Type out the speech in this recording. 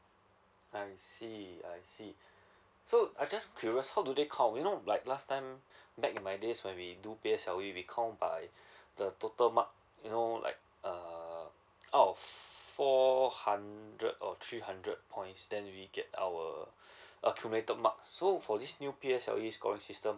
I see I see so I just curious how do they count you know like last time back in my days when we do P_S_L_E we count by the total mark you know like uh out of four hundred or three hundred points then we get out uh accumulated mark so for this new P_S_L_E scoring system